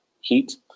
heat